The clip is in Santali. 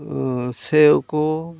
ᱥᱮᱣ ᱠᱚ